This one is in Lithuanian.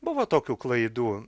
buvo tokių klaidų